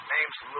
Name's